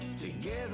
together